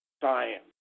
science